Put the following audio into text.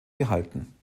gehalten